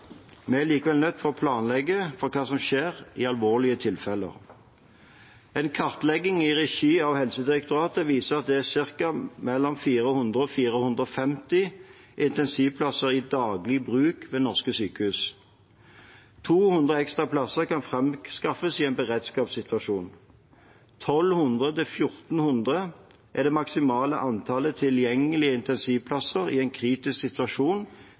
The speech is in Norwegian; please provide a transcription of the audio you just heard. Vi er likevel nødt til å planlegge for hva som kan skje i alvorlige tilfeller. En kartlegging i regi av Helsedirektoratet viser at det er ca. 400–450 intensivplasser i daglig bruk ved norske sykehus. 200 ekstra plasser kan framskaffes i en beredskapssituasjon. 1 200–1 400 er det maksimale antall tilgjengelige intensivplasser i en kritisk situasjon